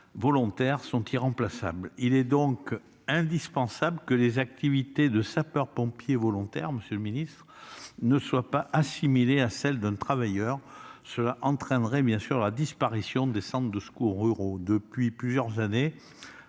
volontaires sont irremplaçables. Il est donc indispensable que les activités de sapeur-pompier volontaire ne soient absolument pas assimilées à celles d'un travailleur, car cela entraînerait la disparition des centres de secours ruraux. Depuis plusieurs années,